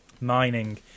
Mining